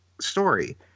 story